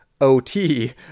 OT